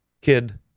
Kid